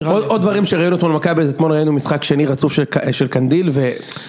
עוד דברים שראינו אתמול במכבי אז אתמול ראינו משחק שני רצוף של קנדיל ו...